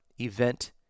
event